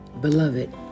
Beloved